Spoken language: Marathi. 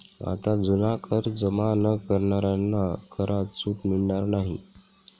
आता जुना कर जमा न करणाऱ्यांना करात सूट मिळणार नाही